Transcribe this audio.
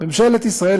ממשלת ישראל,